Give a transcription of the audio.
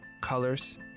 colors